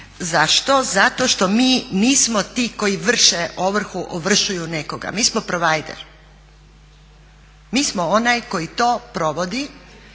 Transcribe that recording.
Zašto, zato što mi nismo ti koji vrše ovrhu, ovršuju nekoga, mi smo provider, mi smo onaj koji to provodi